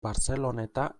barceloneta